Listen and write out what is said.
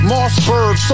Mossberg